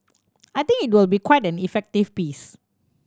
I think it will be quite an effective piece